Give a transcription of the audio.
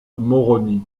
moroni